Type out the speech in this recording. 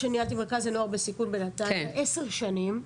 מרכז לנוער בסיכון בנתניה במשך 10 שנים.